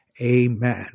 Amen